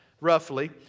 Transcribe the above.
roughly